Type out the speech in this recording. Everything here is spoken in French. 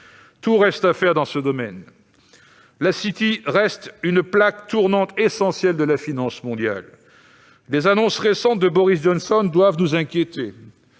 Tout reste à faire dans ce domaine. La City reste une plaque tournante essentielle de la finance mondiale. Les annonces récentes de Boris Johnson doivent nous inquiéter.